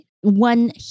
One